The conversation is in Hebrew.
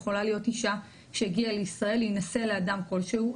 יכולה להיות אישה שהגיעה לישראל להינשא לאדם כלשהו,